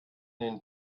den